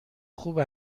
خوب